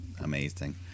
amazing